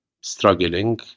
struggling